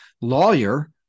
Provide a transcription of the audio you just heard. lawyer